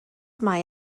mae